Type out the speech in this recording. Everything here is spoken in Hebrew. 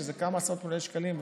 שזה כמה עשרות מיליוני שקלים,